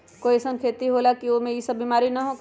कोई अईसन खेती होला की वो में ई सब बीमारी न होखे?